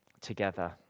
together